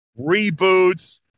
reboots